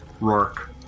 Rourke